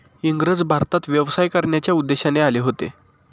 इंग्रज भारतात व्यवसाय करण्याच्या उद्देशाने आले होते